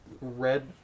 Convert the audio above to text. red